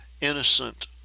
innocent